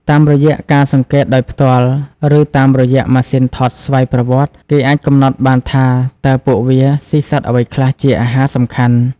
តាមរយៈការសង្កេតដោយផ្ទាល់ ឬតាមរយៈម៉ាស៊ីនថតស្វ័យប្រវត្តិ គេអាចកំណត់បានថា តើពួកវាស៊ីសត្វអ្វីខ្លះជាអាហារសំខាន់។